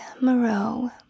Moreau